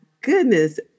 goodness